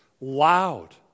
Loud